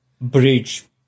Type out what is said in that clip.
bridge